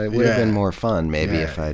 it would have been more fun maybe, if i'd,